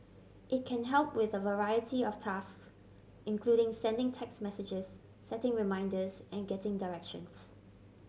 it can help with a variety of tasks including sending text messages setting reminders and getting directions